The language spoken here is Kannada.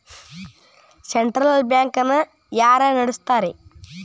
ಸೆಂಟ್ರಲ್ ಬ್ಯಾಂಕ್ ನ ಯಾರ್ ನಡಸ್ತಾರ?